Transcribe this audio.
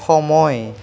সময়